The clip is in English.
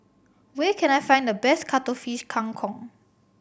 where can I find the best Cuttlefish Kang Kong